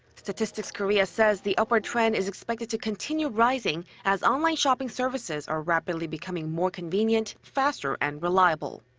statistics korea says the upward trend is expected to continue rising as online shopping services are rapidly becoming more convenient, faster and reliable.